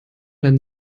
dein